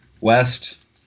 West